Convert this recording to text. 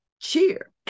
cheer